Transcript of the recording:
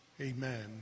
Amen